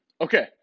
Okay